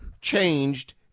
changed